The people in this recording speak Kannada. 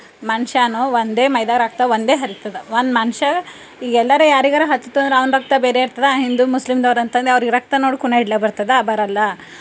ಮನುಷ್ಯನು ಒಂದೇ ಮೈಯ ರಕ್ತ ಒಂದೇ ಹರಿತದ ಒಂದು ಮನುಷ್ಯ ಈಗ ಎಲ್ಲರ ಯಾರಿಗರ ಹತ್ತುತು ಅಂದ್ರ ಅವ್ನ ರಕ್ತ ಬೇರೆ ಇರ್ತದ ಹಿಂದೂ ಮುಸ್ಲೀಮ್ದವ್ರು ಅಂತಂದು ಅವ್ರಿಗೆ ರಕ್ತ ನೋಡು ಖುನ ಇಡ್ಲ ಬರ್ತದ ಬರಲ್ಲ